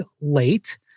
late